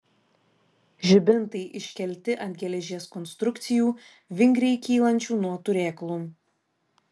žibintai iškelti ant geležies konstrukcijų vingriai kylančių nuo turėklų